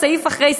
סעיף אחרי סעיף.